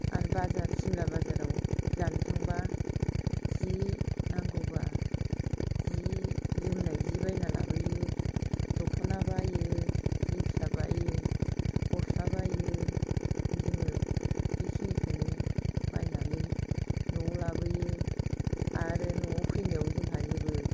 आरो बाजार सिमला बाजाराव जानो थांब्ला जि नांगौब्ला जि जोमनाय जि बायना लाबोयो दख'ना बायो जि फिसा बायो गस्ला बायो जोङो बेखिनिखोनो बायनानै न'आव लाबोयो आरो न'आव फैनायाव जोंहा जेबो